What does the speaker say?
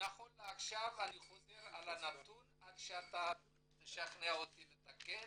אני חוזר על הנתון עד שאתה תשכנע אותי לתקן.